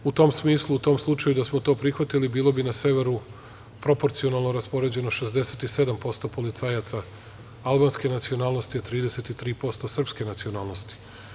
U tom smislu, u tom slučaju da smo to prihvatili bilo bi na severu proporcionalno raspoređeno 67% policajaca albanske nacionalnosti, a 33% srpske nacionalnosti.